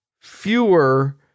fewer